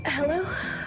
Hello